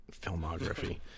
filmography